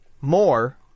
more